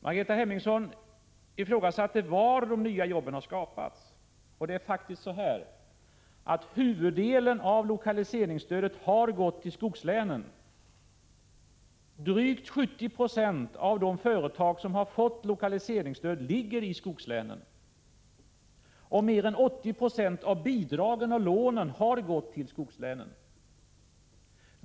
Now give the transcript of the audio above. Ingrid Hemmingsson ifrågasatte var de nya jobben har skapats. Det är faktiskt så här att huvuddelen av lokaliseringsstödet har gått till skogslänen. Drygt 70 90 av de företag som har fått lokaliseringsstöd ligger i skogslänen. Mer än 80 96 av bidragen och lånen har gått till skogslänen.